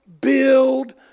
build